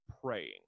praying